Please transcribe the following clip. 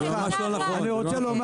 נכון.